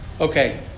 Okay